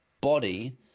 body